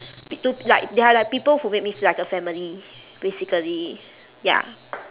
be~ to like there are like people who make me feel like a family basically ya